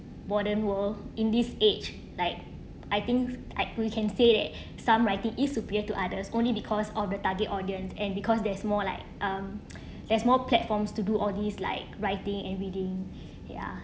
modern world in this age like I think I we can say that some writing is superior to others only because of the target audience and because there's more like um there's more platforms to do all these like writing and reading ya